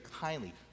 kindly